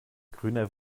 grüner